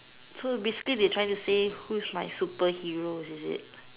so basically they trying to say who is like superhero is it